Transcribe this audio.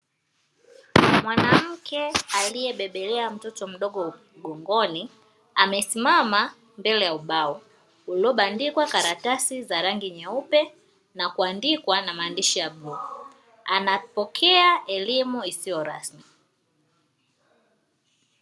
Mwanamke aliyebebelea mtoto mdogo mgongoni amesimama mbele ya ubao uliobandikwa karatasi za rangi nyeupe na kuandikwa na maandishi ya bluu, anapokea elimu isiyo rasmi.